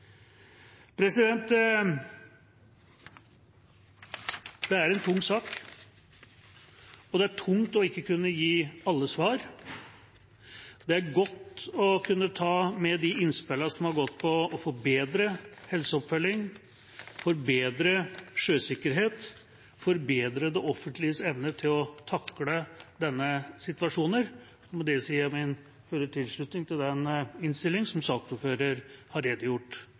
Det er en tung sak, og det er tungt ikke å kunne gi alle svar. Det er godt å kunne ta med de innspillene som har handlet om å forbedre helseoppfølging, forbedre sjøsikkerhet, forbedre det offentliges evne til å takle slike situasjoner. Og med det gir jeg min fulle tilslutning til den innstilling som saksordføreren har redegjort